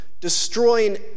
destroying